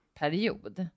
period